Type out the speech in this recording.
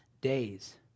days